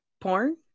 Porn